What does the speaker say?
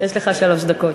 יש לך שלוש דקות.